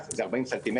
זה 40 ס"מ?